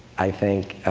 i think,